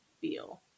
feel